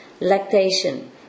lactation